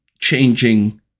changing